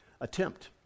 attempt